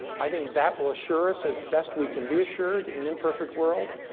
i think that will assure us, as best we can be assured in an imperfect world,